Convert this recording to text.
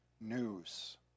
news